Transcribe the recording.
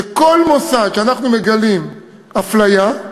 שכל מוסד שאנחנו מגלים בו אפליה,